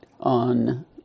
on